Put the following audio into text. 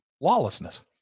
lawlessness